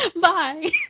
Bye